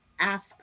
ask